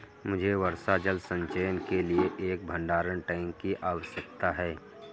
मुझे वर्षा जल संचयन के लिए एक भंडारण टैंक की आवश्यकता है